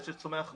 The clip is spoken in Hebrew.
עץ שצומח מהר,